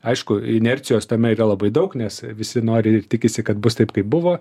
aišku inercijos tame yra labai daug nes visi nori ir tikisi kad bus taip kaip buvo